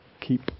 keep